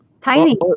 Tiny